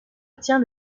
obtient